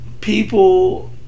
People